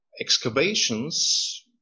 excavations